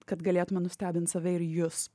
kad galėtume nustebint save ir jus